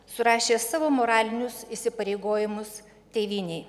surašė savo moralinius įsipareigojimus tėvynei